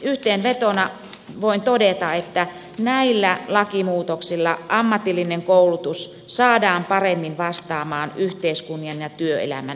yhteenvetona voin todeta että näillä lakimuutoksilla ammatillinen koulutus saadaan paremmin vastaamaan yhteiskunnan ja työelämän nykytarpeita